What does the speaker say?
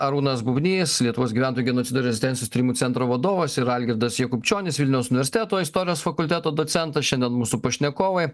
arūnas bubnys lietuvos gyventojų genocido ir rezistencijos tyrimų centro vadovas ir algirdas jakubčionis vilniaus universiteto istorijos fakulteto docentas šiandien mūsų pašnekovai